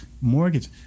mortgage